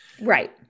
Right